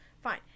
Fine